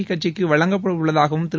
கட்சிக்கு வழங்கப்பட உள்ளதாகவும் திரு